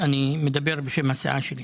אני מדבר בשם הסיעה שלי.